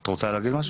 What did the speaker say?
את רוצה להגיד משהו?